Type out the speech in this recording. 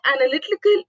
analytical